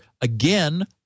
again